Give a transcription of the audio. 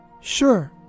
Sure